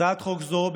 הצעת חוק זו,